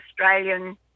Australian